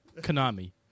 Konami